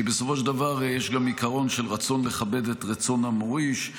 כי בסופו של דבר יש גם עיקרון של רצון לכבד את רצון המוריש.